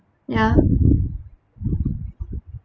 ya